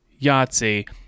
Yahtzee